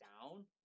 down